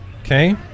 okay